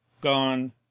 gone